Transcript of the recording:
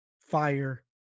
fire